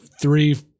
three